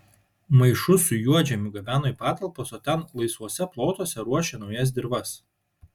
maišus su juodžemiu gabeno į patalpas o ten laisvuose plotuose ruošė naujas dirvas